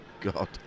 God